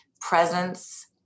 presence